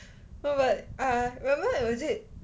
no but err remember was it